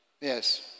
Yes